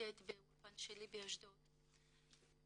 עובדת ב"אולפן שלי" באשדוד כרגע.